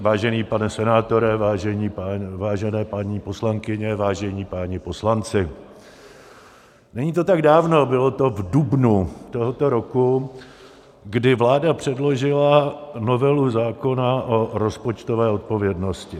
Vážený pane senátore, vážené paní poslankyně, vážení páni poslanci, není to tak dávno, bylo to v dubnu tohoto roku, kdy vláda předložila novelu zákona o rozpočtové odpovědnosti.